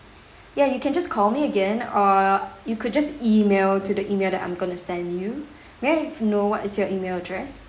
ya you can just call me again or you could just email to the email that I'm going to send you may I know what is your email address